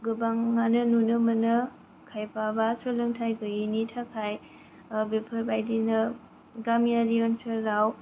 गोबांआनो नुनो मोनो खायफाबा सोलोंथाइ गैयैनि थाखाय बेफोर बायदिनो गामियारि ओनसोलाव